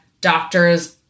doctors